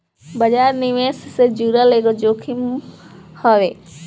बाजार जोखिम निवेश से जुड़ल एगो जोखिम हवे